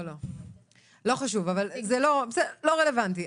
לא רלוונטי.